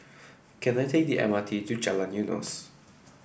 can I take the M R T to Jalan Eunos